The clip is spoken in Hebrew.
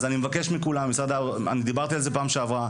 אני דיברתי על זה בפעם שעברה.